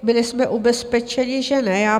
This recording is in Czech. Byli jsme ubezpečeni, že ne.